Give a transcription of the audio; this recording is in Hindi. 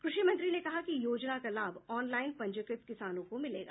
कृषि मंत्री ने कहा कि योजना का लाभ ऑनलाइन पंजीकृत किसानों को मिलेगा